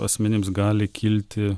asmenims gali kilti